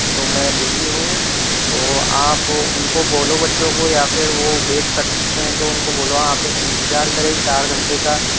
तो मैं बिज़ी हूँ तो आप उनको बोलो बच्चों को या फिर वह बेट कर सकते हैं तो उनको बोलो इंतजार करें चार घंटे का